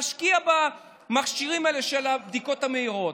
תשקיע במכשירים האלה של הבדיקות המהירות